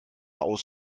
aus